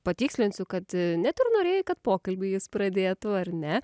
patikslinsiu kad net ir norėjai kad pokalbį jis pradėtų ar ne